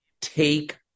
take